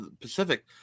Pacific